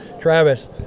Travis